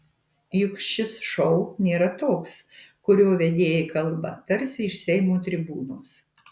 juk šis šou nėra toks kurio vedėjai kalba tarsi iš seimo tribūnos